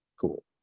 Cool